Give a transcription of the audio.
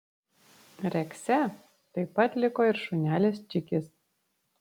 rekse taip pat liko ir šunelis čikis